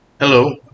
Hello